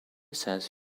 says